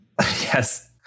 Yes